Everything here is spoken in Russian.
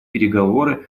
переговоры